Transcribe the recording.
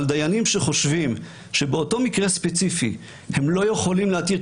אבל דיינים שחושבים שבאותו מקרה ספציפי הם לא יכולים להתיר,